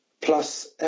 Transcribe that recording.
plus